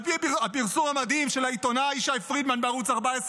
על פי הפרסום המדהים של העיתונאי שי פרידמן בערוץ 14,